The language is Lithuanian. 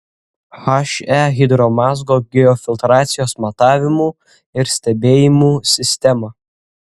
he hidromazgo geofiltracijos matavimų ir stebėjimų sistema